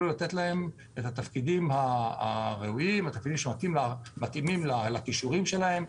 לתת להם תפקידים ראויים שמתאימים לכישורים שלהם.